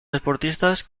deportistas